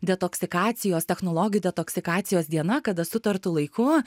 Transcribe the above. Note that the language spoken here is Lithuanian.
detoksikacijos technologijų detoksikacijos diena kada sutartu laiku